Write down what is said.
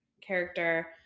character